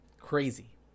Crazy